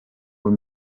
were